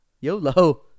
YOLO